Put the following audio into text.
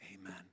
amen